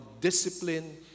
discipline